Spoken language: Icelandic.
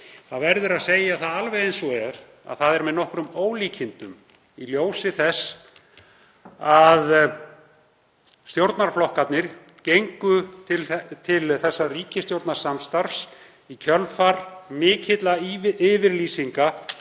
Það verður að segja alveg eins og er að það er með nokkrum ólíkindum, í ljósi þess að stjórnarflokkarnir gengu til þessa ríkisstjórnarsamstarfs í kjölfar mikilla yfirlýsinga